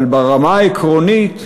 אבל ברמה העקרונית,